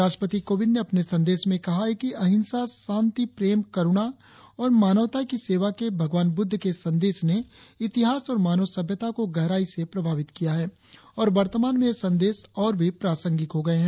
राष्ट्रपति कोविंद ने अपने संदेश में कहा कि अहिंसा शांति प्रेम करुणा और मानवता की सेवा के भगवान बुद्ध के संदेश ने इतिहास और मानव सभ्यता को गहराई से प्रभावित किया है और वर्तमान में ये संदेश और भी प्रासंगिक हो गए हैं